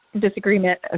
disagreement